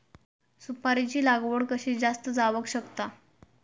सुपारीची लागवड कशी जास्त जावक शकता?